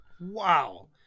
Wow